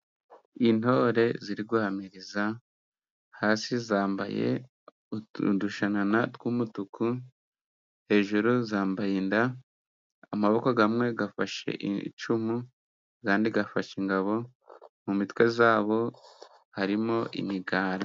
Intore ziri guhamiriza hasi zambaye udushanana tw'umutuku, hejuru zambaye inda, amaboko kamwe gafashe icumu, akandi gafashe ingabo, mu mitwe yabo harimo imigara.